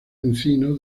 encino